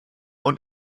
und